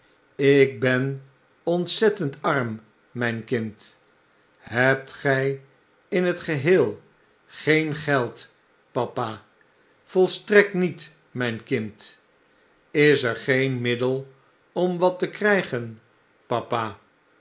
ik ben ontzettend arm mjjn kind hebt gjj in t geheel geen geld papa volstrekt niet mjjn kind ls er geen middel om wat te krijgen papa